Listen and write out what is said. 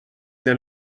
naar